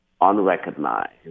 unrecognized